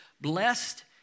blessed